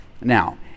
Now